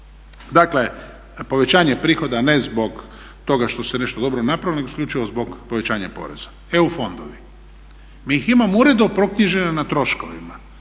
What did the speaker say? Dakle, povećanje prihoda ne zbog toga što ste nešto dobro napravili nego isključivo zbog povećanja poreza. EU fondovi. Mi ih imamo uredno proknjižene na troškovima.